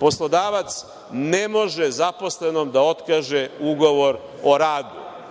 poslodavac ne može zaposlenom da otkaže ugovor o radu“.Da